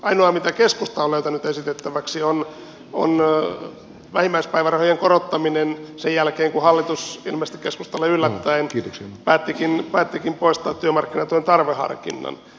ainoa mitä keskusta on löytänyt esitettäväksi on vähimmäispäivärahojen korottaminen sen jälkeen kun hallitus ilmeisesti keskustalle yllättäen päättikin poistaa työmarkkinatuen tarveharkinnan